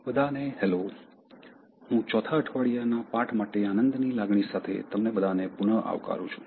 બધાને હેલો હું ચોથા અઠવાડિયાના પાઠ માટે આનંદની લાગણી સાથે તમને બધાને પુન આવકારું છું